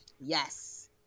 Yes